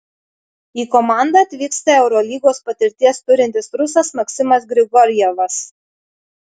į komandą atvyksta eurolygos patirties turintis rusas maksimas grigorjevas